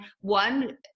one